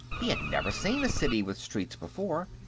he had never seen a city with streets before,